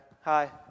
hi